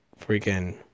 freaking